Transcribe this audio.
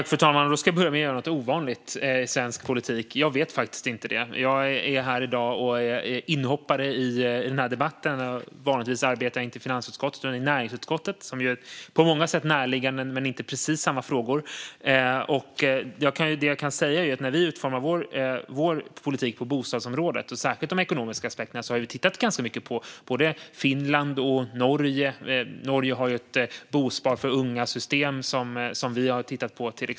Fru talman! Jag ska börja med att göra något ovanligt i svensk politik, nämligen genom att säga att jag faktiskt inte vet. Jag är inhoppare i dag i denna debatt. Vanligtvis arbetar jag inte i finansutskottet utan i näringsutskottet, som på många sätt har närliggande men inte precis samma frågor. När vi utformar vår politik på bostadsområdet, särskilt de ekonomiska aspekterna, tittar vi mycket på Finland och Norge. Norge har ju ett system för bosparande för unga som vi har tittat på.